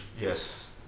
yes